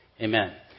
Amen